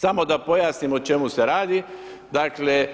Samo da pojasnim o čemu se radi, dakle,